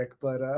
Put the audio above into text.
but-